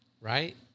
Right